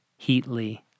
Heatley